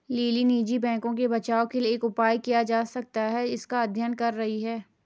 lily निजी बैंकों के बचाव के लिए क्या उपाय किया जा सकता है इसका अध्ययन कर रही है